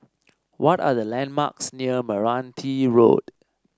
what are the landmarks near Meranti Road